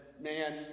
man